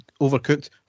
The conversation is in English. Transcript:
overcooked